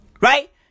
Right